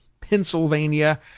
Pennsylvania